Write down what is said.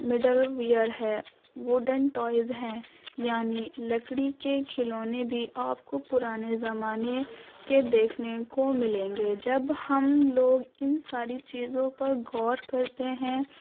middle ware ہے wood and toys ہیں یعنی لکڑی کے کھلونے بھی آپ کو پرانے زمانے کے دیکھنے کو ملیں گے جب ہم لوگ ان ساری چیزوں پر غور کرتے ہیں